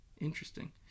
Interesting